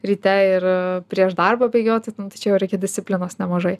ryte ir prieš darbą bėgioti tai čia jau reikia disciplinos nemažai